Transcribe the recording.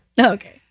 okay